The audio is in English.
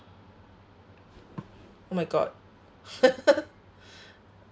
oh my god